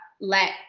let